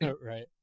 Right